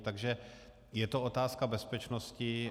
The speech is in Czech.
Takže je to otázka bezpečnosti.